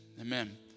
Amen